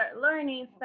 learning